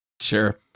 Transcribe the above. sure